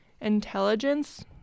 intelligence